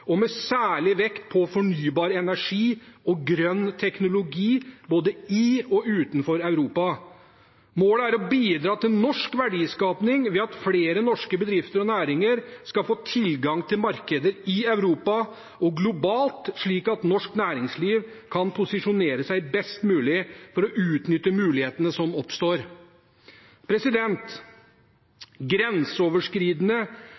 med særlig vekt på fornybar energi og grønn teknologi både i og utenfor Europa. Målet er å bidra til norsk verdiskaping ved at flere norske bedrifter og næringer skal få tilgang til markeder i Europa og globalt, slik at norsk næringsliv kan posisjonere seg best mulig for å utnytte mulighetene som oppstår.